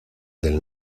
del